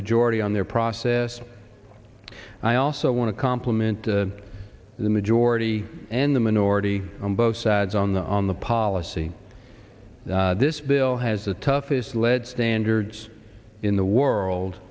majority on their process and i also want to compliment the majority and the minority on both sides on the on the policy this bill has the toughest lead standards in the world